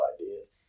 ideas